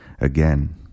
again